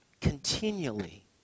continually